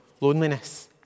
loneliness